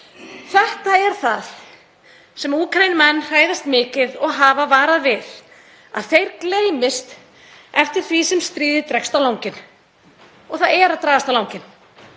Þetta er það sem Úkraínumenn hræðast mikið og hafa varað við, að þeir gleymist eftir því sem stríðið dregst á langinn. Það er að dragast á langinn.